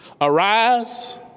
Arise